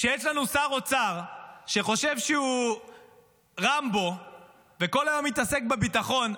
כשיש לנו שר אוצר שחושב שהוא רמבו וכל היום מתעסק בביטחון,